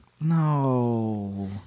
No